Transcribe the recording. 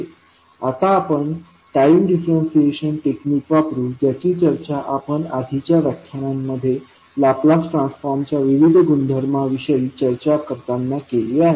आता आपण time differentiation technique वापरू ज्याची चर्चा आपण आधीच्या व्याख्यानांमध्ये लाप्लास ट्रान्सफॉर्मच्या विविध गुणधर्मांविषयी चर्चा करताना केली आहे